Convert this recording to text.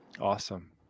Awesome